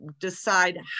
decide